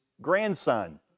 grandson